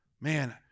Man